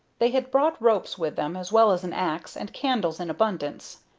they had brought ropes with them, as well as an axe, and candles in abundance.